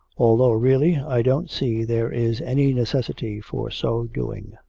although really i don't see there is any necessity for so doing,